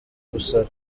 gusara